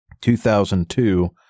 2002